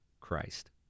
Christ